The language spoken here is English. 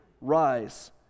Rise